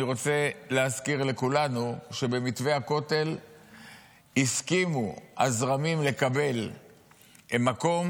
אני רוצה להזכיר לכולנו שבמתווה הכותל הסכימו הזרמים לקבל מקום